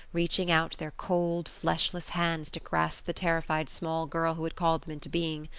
reaching out their cold, fleshless hands to grasp the terrified small girl who had called them into being.